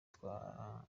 twa